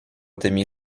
tymi